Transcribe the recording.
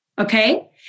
okay